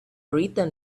written